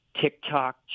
TikTok